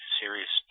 series